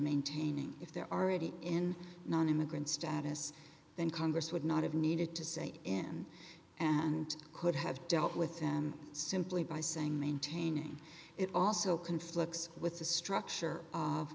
maintaining if they're already in nonimmigrant status then congress would not have needed to say him and could have dealt with them simply by saying maintaining it also conflicts with the structure of